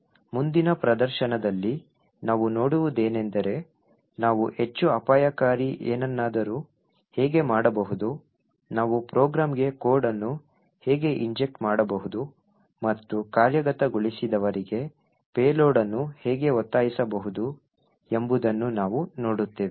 ಮುಂದಿನ ಪ್ರದರ್ಶನದಲ್ಲಿ ನಾವು ನೋಡುವುದೇನೆಂದರೆ ನಾವು ಹೆಚ್ಚು ಅಪಾಯಕಾರಿ ಏನನ್ನಾದರೂ ಹೇಗೆ ಮಾಡಬಹುದು ನಾವು ಪ್ರೋಗ್ರಾಂಗೆ ಕೋಡ್ ಅನ್ನು ಹೇಗೆ ಇಂಜೆಕ್ಟ್ ಮಾಡಬಹುದು ಮತ್ತು ಕಾರ್ಯಗತಗೊಳಿಸಿದವರಿಗೆ ಪೇಲೋಡ್ ಅನ್ನು ಹೇಗೆ ಒತ್ತಾಯಿಸಬಹುದು ಎಂಬುದನ್ನು ನಾವು ನೋಡುತ್ತೇವೆ